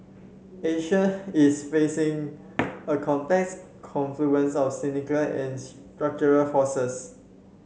Asia is facing a complex confluence of cyclical and structural forces